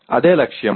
అదే లక్ష్యం